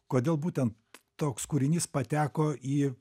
kodėl būtent toks kūrinys pateko į